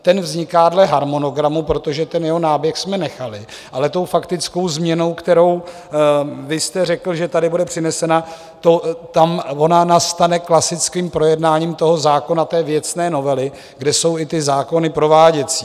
Ten vzniká dle harmonogramu, protože jeho náběh jsme nechali, ale faktickou změnou, kterou vy jste řekl, že bude přinesena, tam ona nastane klasickým projednáním toho zákona, věcné novely, kde jsou i zákony prováděcí.